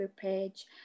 page